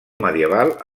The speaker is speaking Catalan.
medieval